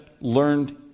learned